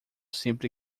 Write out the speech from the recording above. sempre